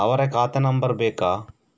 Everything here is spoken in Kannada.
ಅವರ ಖಾತೆ ನಂಬರ್ ಬೇಕಾ?